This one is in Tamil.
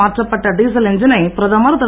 மாற்றப்பட்ட டீசல் எஞ்சினை பிரதமர் திரு